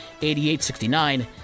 88-69